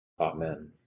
Amen